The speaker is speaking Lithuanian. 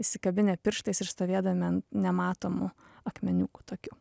įsikabinę pirštais ir stovėdami ant nematomų akmeniukų tokių